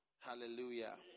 Hallelujah